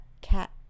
cat